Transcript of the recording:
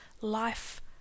life